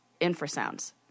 infrasounds